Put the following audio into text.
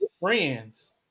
friends